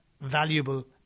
valuable